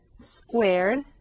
squared